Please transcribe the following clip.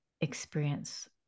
experience